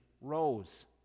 rose